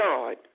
God